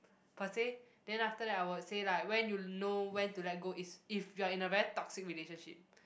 per se then after that I would say like when you know when to let go is if you are in a very toxic relationship